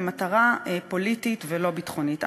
למטרה פוליטית ולא ביטחונית.